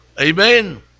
amen